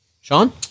Sean